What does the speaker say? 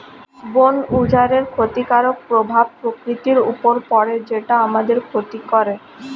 বন উজাড়ের ক্ষতিকারক প্রভাব প্রকৃতির উপর পড়ে যেটা আমাদের ক্ষতি করে